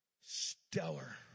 Stellar